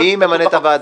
מי ממנה את הוועדה?